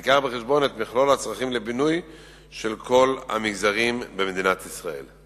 שתביא בחשבון את מכלול הצרכים לבינוי של כל המגזרים במדינת ישראל.